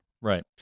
Right